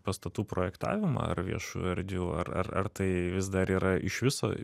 pastatų projektavimą ar viešų erdvių ar ar tai vis dar yra iš viso